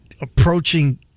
Approaching